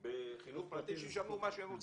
בחינוך פרטי, שישלמו מה שהם רוצים.